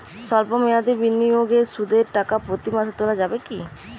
সল্প মেয়াদি বিনিয়োগে সুদের টাকা প্রতি মাসে তোলা যাবে কি?